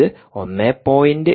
ഇത് 1